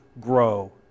grow